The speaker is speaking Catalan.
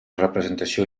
representació